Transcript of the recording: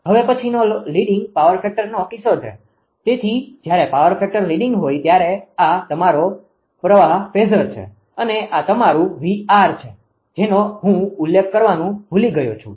હવે પછીનો leading power ફેક્ટરનો કિસ્સો છે તેથી જ્યારે પાવર ફેક્ટર લીડીંગ હોય ત્યારે આ તમારો પ્રવાહ ફેઝર છે અને આ તમારું 𝑉𝑅 છે જેનો હું ઉલ્લેખ કરવાનું ભૂલી ગયો છું